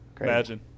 Imagine